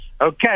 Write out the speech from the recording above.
okay